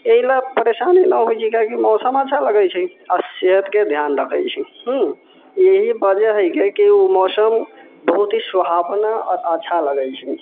एहिले परेशानी नहि होइ छै क्याकि मौसम अच्छा रहै छै आ सेहतके ध्यान रखै छै मे हूँ एहि वजह हइके कि ओ मौसम बहुत ही सुहावना आओर अच्छा लगै छै